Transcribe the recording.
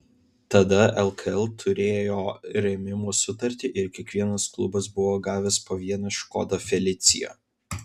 tada lkl turėjo rėmimo sutartį ir kiekvienas klubas buvo gavęs po vieną škoda felicia